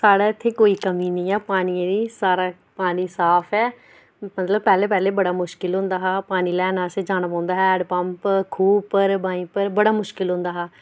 साढ़े इत्थै कोई कमी नेईं ऐ पानी दी सारा पानी साफ ऐ मतलब पैह्लें पैह्लें बड़ा मुश्किल होंदा हा पानी लैन आस्तै जाना पौंदा हैंड पम्प खूह् उप्पर बाईं उप्पर बड़ा मुश्किल होंदा हा